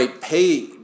pay